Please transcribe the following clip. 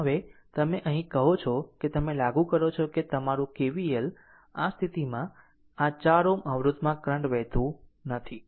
આમ હવે તમે અહીં કહો છો તે તમે લાગુ કરો છો કે તમારું KVL આ સ્થિતિમાં આ 4 Ω અવરોધ માં કરંટ વહેતું નથી